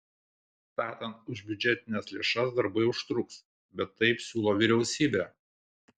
statant už biudžetines lėšas darbai užtruks bet taip siūlo vyriausybė